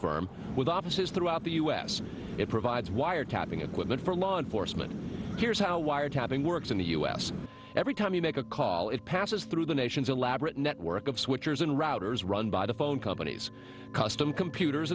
firm with offices throughout the u s it provides wiretapping equipment for law enforcement here's how wiretapping works in the u s every time you make a call it passes through the nation's elaborate network of switchers and routers run by the phone companies custom computers